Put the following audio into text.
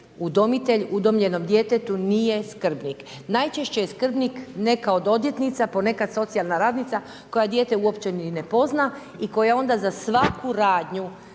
udomitelj udomljenom djetetu nije skrbnik. Najčešće je skrbnik neka od odvjetnica, ponekad socijalna radnica koja dijete uopće ni ne pozna i koja onda za svaku radnju